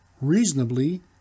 reasonably